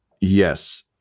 Yes